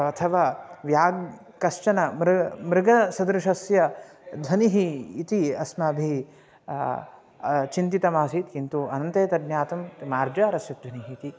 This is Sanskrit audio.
अथवा व्याघ्रः कश्चन मृ मृगसदृशस्य ध्वनिः इति अस्माभिः चिन्तितमासीत् किन्तु अनन्ते तज्ज्ञातं मार्जारस्य ध्वनिः इति